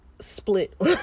split